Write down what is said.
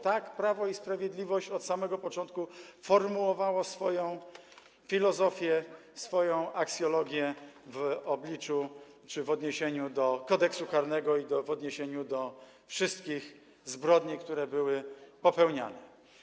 Tak Prawo i Sprawiedliwość od samego początku formułowało swoją filozofię, swoją aksjologię w odniesieniu do Kodeksu karnego i w odniesieniu do wszystkich zbrodni, które były popełniane.